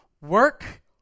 Work